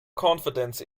confidence